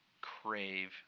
crave